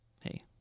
hey